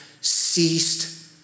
ceased